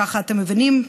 ככה אתם מבינים,